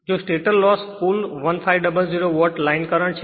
જો stator loss કુલ 1500 watt line current છે